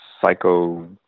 psycho